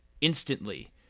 instantly